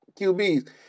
QBs